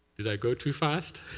did i go too fast?